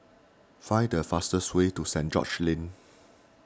find the fastest way to Saint George's Lane